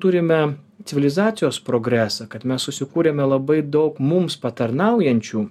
turime civilizacijos progresą kad mes susikūrėme labai daug mums patarnaujančių